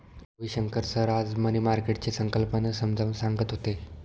Ravishankar sir आज money मार्केटची संकल्पना समजावून सांगत होते